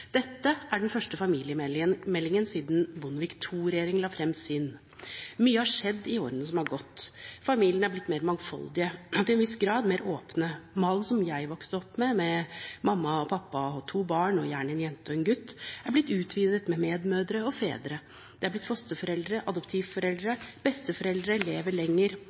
Dette er den første familiemeldingen siden Bondevik II-regjeringen la frem sin. Mye har skjedd i årene som har gått. Familiene har blitt mer mangfoldige og til en viss grad mer åpne. Malen som jeg vokste opp med, med mamma, pappa og to barn, gjerne en jente og en gutt, er blitt utvidet med medmødre og -fedre. Det er blitt fosterforeldre og adoptivforeldre. Besteforeldre lever lenger,